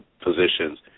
positions